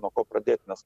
nuo ko pradėt nes